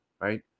right